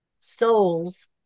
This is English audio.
souls